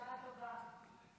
הצבעה.